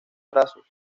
trazos